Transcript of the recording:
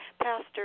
pastor